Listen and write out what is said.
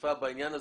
לאכיפה בעניין הזה.